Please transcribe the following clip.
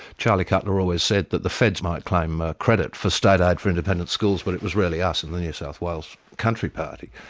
charlie cutler always said that the feds might claim ah credit for state aid for independent schools, but it was really us in the new south wales country party.